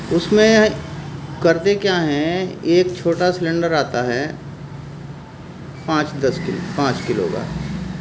اس میں کرتے کیا ہیں ایک چھوٹا سلنڈر آتا ہے پانچ دس کلو پانچ کلو کا